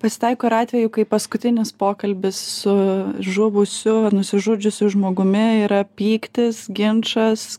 pasitaiko ir atvejų kai paskutinis pokalbis su žuvusiu nusižudžiusiu žmogumi yra pyktis ginčas